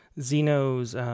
Zeno's